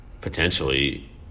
potentially